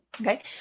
Okay